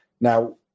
now